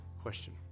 Question